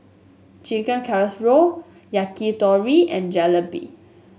Chicken Casserole Yakitori and Jalebi